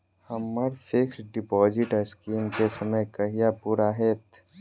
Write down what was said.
हम्मर fix deposit scheme केँ समय कहिया पूरा हैत?